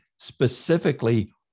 Specifically